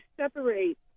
separate